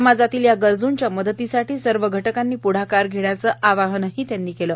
समाजातील या गरजूंच्या मदतीसाठी सर्व घटकांनी प्ढाकार घेण्याचा आवाहनही त्यांनी केलं